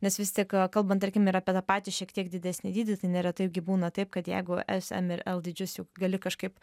nes vis tik kalbant tarkime apie tą patį šiek tiek didesnį dydį tai neretai irgi būna taip kad jeigu s m ir l dydžius jau gali kažkaip